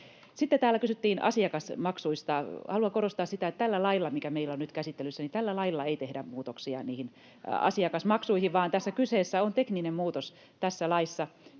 Sitten täällä kysyttiin asiakasmaksuista. Haluan korostaa sitä, että tällä lailla, mikä meillä on nyt käsittelyssä, ei tehdä muutoksia niihin asiakasmaksuihin, [Aino-Kaisa Pekosen välihuuto] vaan kyseessä on tekninen muutos tässä laissa,